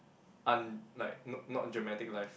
un~ like not not dramatic life